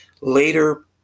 later